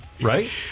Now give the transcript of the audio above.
right